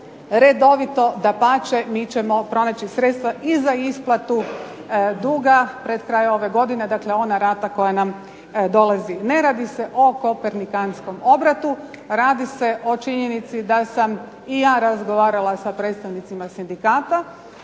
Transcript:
redovito dapače mi ćemo pronaći sredstva i za isplatu duga pred kraj ove godine, dakle ona rata koja nam dolazi. Ne radi se o kopernikanskom obratu, radi se o činjenici da sam i ja razgovarala sa predstavnicima sindikata,